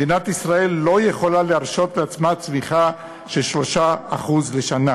מדינת ישראל לא יכולה להרשות לעצמה צמיחה של 3% לשנה.